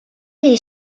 les